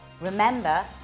Remember